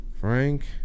Frank